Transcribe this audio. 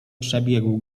przebiegł